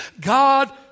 God